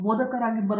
professor R